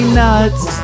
nuts